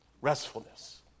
restfulness